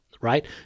right